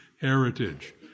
heritage